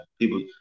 people